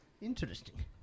Interesting